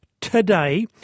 today